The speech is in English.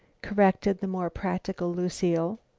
corrected the more practical lucile.